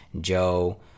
Joe